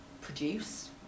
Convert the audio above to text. produce